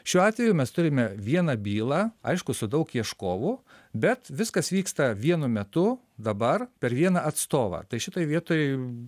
šiuo atveju mes turime vieną bylą aišku su daug ieškovų bet viskas vyksta vienu metu dabar per vieną atstovą tai šitoj vietoj